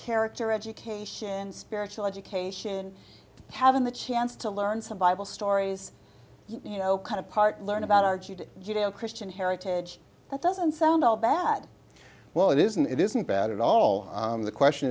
character education spiritual education having the chance to learn some bible stories you know kind of part learn about argued judeo christian heritage that doesn't sound all bad well it isn't it isn't bad at all the question